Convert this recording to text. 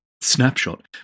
snapshot